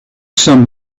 some